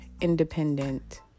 Independent